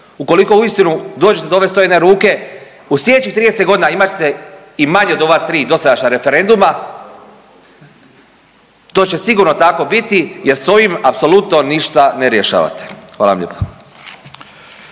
ukoliko uistinu dođete do ove 101 ruke u sljedećih 30 godina imat ćete i manje od ova tri dosadašnja referenduma. To će sigurno tako biti jer sa ovim apsolutno ništa ne rješavate. Hvala vam lijepa.